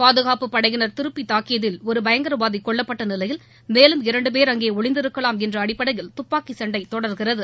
பாதுகாப்பு படையினர் திருப்பி தாக்கியதில் ஒரு பயங்கரவாதி கொல்லப்பட்ட நிலையில் மேலும் இரண்டு பேர் அங்கே ஒளிந்திருக்கலாம் என்ற அடிப்படையில் துப்பாக்கி சண்டை தொடர்கிறது